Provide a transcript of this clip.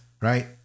right